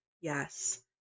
Yes